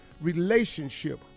relationship